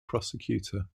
prosecutor